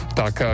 tak